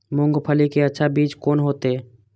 मूंगफली के अच्छा बीज कोन होते?